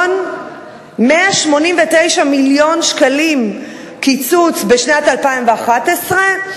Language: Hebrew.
189 מיליון שקלים קיצוץ בשנת 2011,